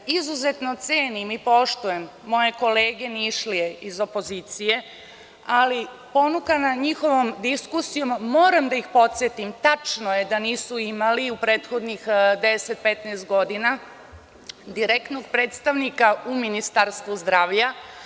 Izuzetno cenim i poštujem moje kolege Nišlije iz opozicije, ali ponukana njihovom diskusijom, moram da ih podsetim, tačno je da nisu imali u prethodnih 10-15 godina direktnog predstavnika u Ministarstvu zdravlja.